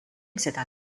seda